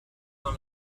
dans